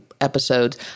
episodes